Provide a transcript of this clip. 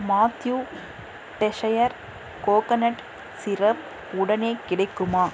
Matthew desire coconut syrup உடனே கிடைக்குமா